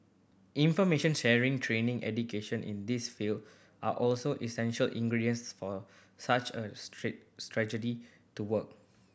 information sharing training education in this field are also essential ingredients for such a strategy to work